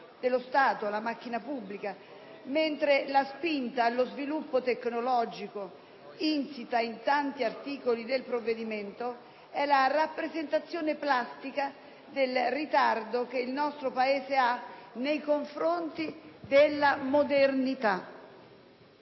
dello Stato, la macchina pubblica, mentre la spinta allo sviluppo tecnologico insita in tanti articoli del provvedimento è la rappresentazione plastica del ritardo che il nostro Paese ha nei confronti della modernità.